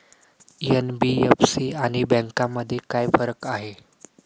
NBFC आणि बँकांमध्ये काय फरक आहे?